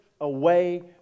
away